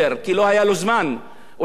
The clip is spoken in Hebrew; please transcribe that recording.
אולי גם קיבל הוראות מראש הממשלה לא